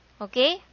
Okay